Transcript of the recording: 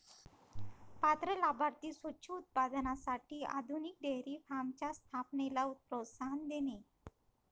पात्र लाभार्थी स्वच्छ दूध उत्पादनासाठी आधुनिक डेअरी फार्मच्या स्थापनेला प्रोत्साहन देणे